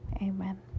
amen